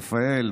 רפאל,